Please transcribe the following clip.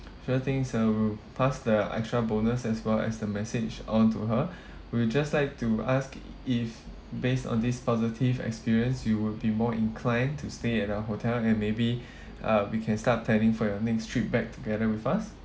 sure thing sir we'll pass the extra bonus as well as the message on to her we just like to ask if based on this positive experience you will be more inclined to stay at our hotel and maybe uh we can start planning for your next trip back together with us